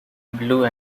blue